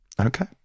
Okay